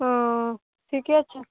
ओ ठीके छै